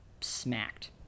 smacked